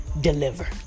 deliver